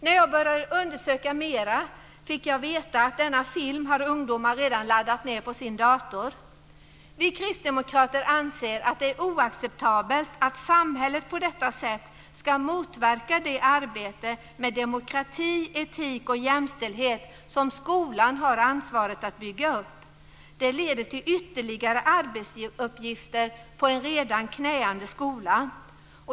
När jag började undersöka mera fick jag veta att denna film har ungdomar redan laddat ned på sin dator. Vi kristdemokrater anser att det är oacceptabelt att samhället på detta sätt ska motverka det arbete med demokrati, etik och jämställdhet som skolan har ansvaret att bygga upp. Det leder till ytterligare arbetsuppgifter på en redan knäande skola.